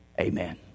Amen